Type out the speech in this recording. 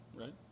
right